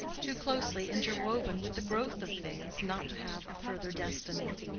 too closely interwoven with the growth of things not to have a further destiny.